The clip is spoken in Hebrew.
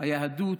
היהדות,